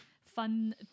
fun